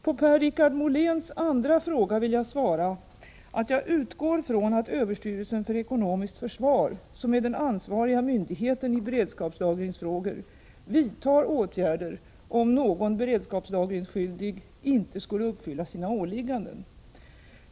På Per-Richard Moléns andra fråga vill jag svara att jag utgår från att överstyrelsen för ekonomiskt försvar, som är den ansvariga myndigheten i beredskapslagringsfrågor, vidtar åtgärder om någon beredskapslagringsskyldig inte skulle uppfylla sina åligganden.